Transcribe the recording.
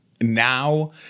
Now